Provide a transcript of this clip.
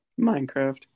Minecraft